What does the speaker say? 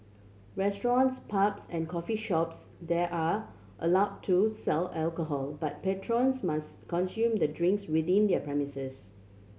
restaurants pubs and coffee shops there are allow to sell alcohol but patrons must consume the drinks within their premises